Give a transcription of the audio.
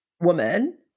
Woman